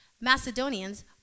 Macedonians